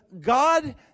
God